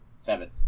Seven